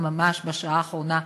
גם ממש בשעה האחרונה,